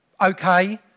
okay